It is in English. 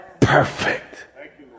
Perfect